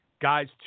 guys